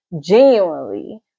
Genuinely